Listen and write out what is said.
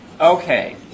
Okay